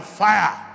fire